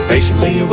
Patiently